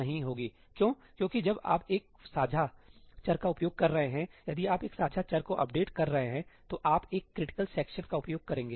क्यों क्योंकि जब आप एक साझा चर का उपयोग कर रहे हैं यदि आप एक साझा चर को अपडेट कर रहे हैं तो आप एक क्रिटिकल सेक्शन का उपयोग करेंगे